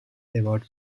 about